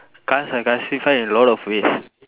class are classified in a lot of ways